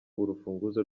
urufunguzo